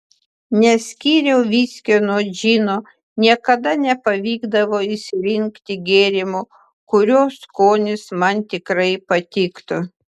neskyriau viskio nuo džino niekada nepavykdavo išsirinkti gėrimo kurio skonis man tikrai patiktų